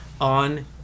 On